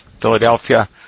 Philadelphia